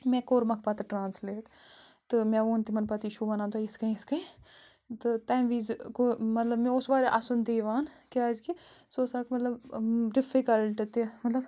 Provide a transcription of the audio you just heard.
مےٚ کوٚرمَکھ پَتہٕ ٹرٛانسلیٹ تہٕ مےٚ ووٚن تِمَن پَتہٕ یہِ چھُو وَنان تۄہہِ یِتھ کَنۍ یِتھ کَنۍ تہٕ تَمہِ وِزِ گوٚو مطلب مےٚ اوس واریاہ اَسُن تہِ یِوان کیٛازکہِ سُہ اوس اَکھ مطلب ڈِفِکلٹ تہِ مطلب